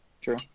True